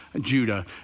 Judah